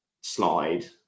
slide